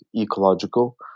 ecological